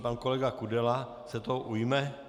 Pan kolega Kudela se toho ujme.